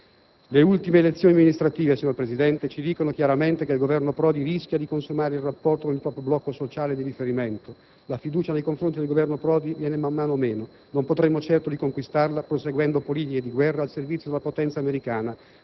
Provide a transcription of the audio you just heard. Le ultime elezioni amministrative, signor Presidente, ci dicono chiaramente che il Governo Prodi rischia di consumare il rapporto con il proprio blocco sociale di riferimento. La fiducia nei confronti del Governo Prodi si va riducendo giorno dopo giorno. Non potremo certo riconquistarla proseguendo politiche di guerra al servizio della potenza americana,